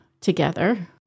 together